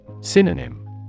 Synonym